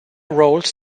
roles